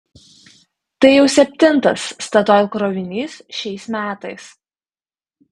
tai jau septintas statoil krovinys šiais metais